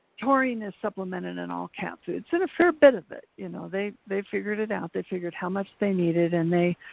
taurine is supplemented in all cat foods, and a fair bit of it, you know. they they figured it out, they figured how much they needed, and they,